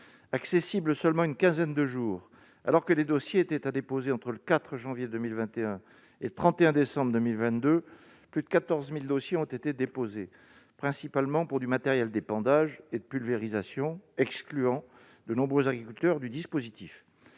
accessible seulement une quinzaine de jours, alors que les dossiers étaient à déposer entre le 4 janvier 2021 et le 31 décembre 2022. Plus de 14 000 dossiers ont été déposés, principalement pour du matériel d'épandage et de pulvérisation, excluant de nombreux agriculteurs du dispositif.